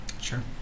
sure